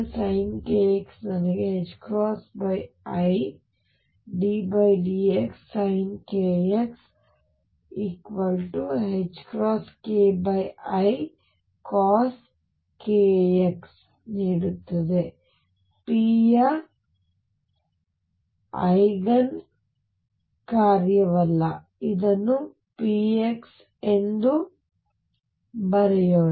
sin kx ನನಗೆ iddxsin kx ℏkicos kx ನೀಡುತ್ತದೆ p ಯ ಐಗನ್ ಕಾರ್ಯವಲ್ಲ ನಾವು ಇದನ್ನು px ಬರೆಯೋಣ